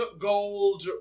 gold